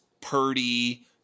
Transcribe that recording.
Purdy